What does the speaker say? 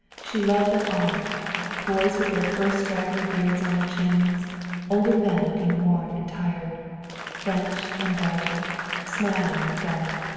she loved them all boys with their first straggly beards on their chins older men, looking worn and tired french and belgian smiling and sad.